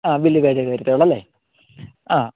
ആ bill pay ചെയ്ത തരത്തെ ഉള്ളു അല്ലേ അ